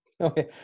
Okay